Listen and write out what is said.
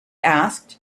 asked